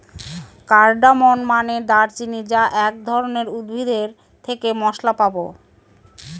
cardamom মানে দারুচিনি যা এক ধরনের উদ্ভিদ এর থেকে মসলা পাবো